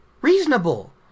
reasonable